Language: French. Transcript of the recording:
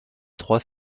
trois